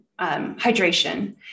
hydration